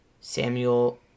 samuel